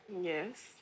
Yes